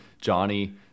Johnny